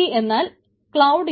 D ആണ്